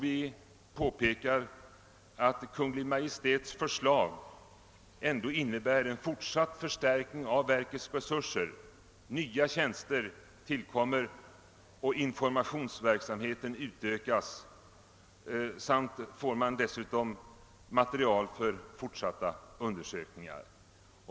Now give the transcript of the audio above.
Vi påpekar också att Kungl. Maj:ts förslag ändå innebär en fortsatt förstärkning av verkets resurser. Nya tjänster tillkommer, informationsverksam heten utökas, och man får dessutom material för fortsatta undersökningar.